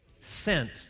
Sent